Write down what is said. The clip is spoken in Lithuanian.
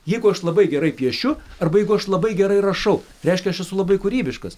jeigu aš labai gerai piešiu arba jeigu aš labai gerai rašau reiškia aš esu labai kūrybiškas